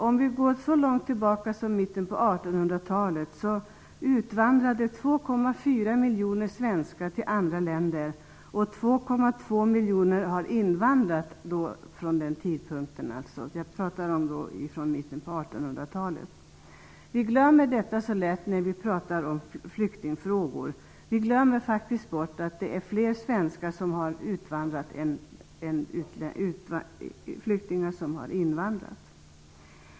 Om vi går så långt tillbaka som till mitten på 1800-talet, finner vi att 2,4 miljoner svenskar har utvandrat till andra länder medan 2,2 miljoner har invandrat till vårt land. Vi glömmer när vi diskuterar flyktingfrågor lätt att fler svenskar har utvandrat än flyktingar har invandrat till oss.